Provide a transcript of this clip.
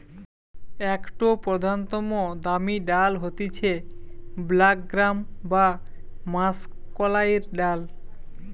একটো প্রধানতম দামি ডাল হতিছে ব্ল্যাক গ্রাম বা মাষকলাইর ডাল